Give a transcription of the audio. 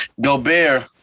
Gobert